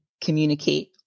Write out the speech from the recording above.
communicate